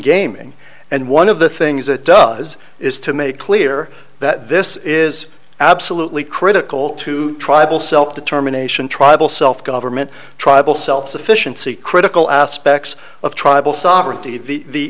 gaming and one of the things it does is to make clear that this is absolutely critical to tribal self determination tribal self government tribal self sufficiency critical aspects of tribal